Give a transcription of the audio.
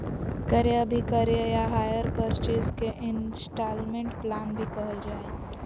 क्रय अभिक्रय या हायर परचेज के इन्स्टालमेन्ट प्लान भी कहल जा हय